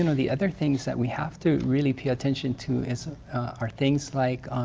you know the other things that we have to really pay attention to is are things like